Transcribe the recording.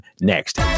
next